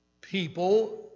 people